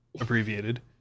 abbreviated